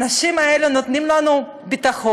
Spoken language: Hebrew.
האנשים האלה נותנים לנו ביטחון,